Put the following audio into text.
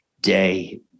Day